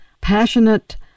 passionate